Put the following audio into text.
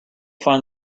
find